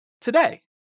today